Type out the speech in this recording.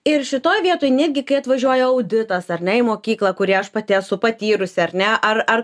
ir šitoj vietoj netgi kai atvažiuoja auditas ar ne į mokyklą kurį aš pati esu patyrusi ar ne ar ar